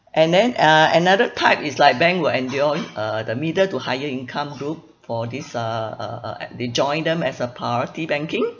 and then uh another type is like bank will endow uh the middle to higher income group for this uh uh uh at they joined them as a priority banking